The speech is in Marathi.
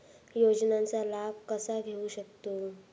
योजनांचा लाभ कसा घेऊ शकतू?